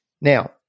Now